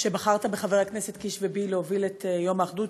על שבחרת בחבר הכנסת קיש ובי להוביל את יום האחדות,